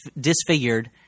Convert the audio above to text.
disfigured